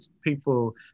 people